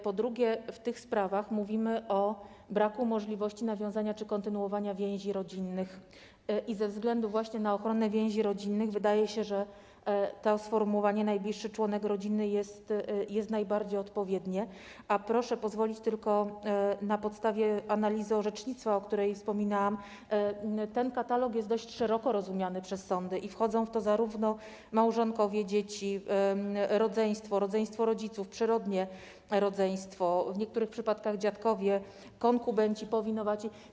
Po drugie, w tych sprawach mówimy o braku możliwości nawiązania czy kontynuowania więzi rodzinnych i ze względu właśnie na ochronę więzi rodzinnych wydaje się, że to sformułowanie „najbliższy członek rodziny” jest najbardziej odpowiednie, a - proszę pozwolić - tylko na podstawie analizy orzecznictwa, o której wspominałam, ten katalog jest dość szeroko rozumiany przez sądy i wchodzą w to małżonkowie, dzieci, rodzeństwo, rodzeństwo rodziców, przyrodnie rodzeństwo, w niektórych przypadkach dziadkowie, konkubenci, powinowaci.